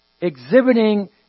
exhibiting